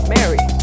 Mary